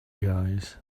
guys